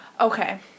Okay